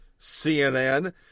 CNN